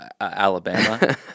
Alabama